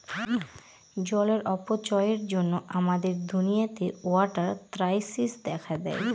জলের অপচয়ের জন্য আমাদের দুনিয়াতে ওয়াটার ক্রাইসিস দেখা দেয়